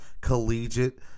collegiate